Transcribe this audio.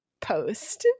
post